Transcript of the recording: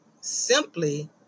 simply